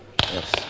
yes